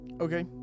Okay